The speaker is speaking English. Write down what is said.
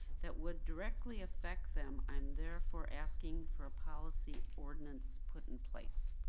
that would directly affect them, i'm therefore asking for a policy ordinance put in place.